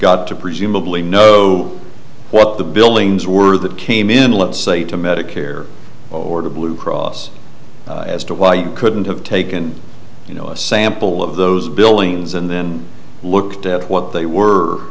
got to presumably know what the buildings were that came in let's say to medicare or to blue cross as to why you couldn't have taken you know a sample of those billings and then looked at what they were